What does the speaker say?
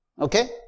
Okay